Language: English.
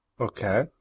Okay